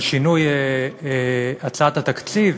על שינוי הצעת התקציב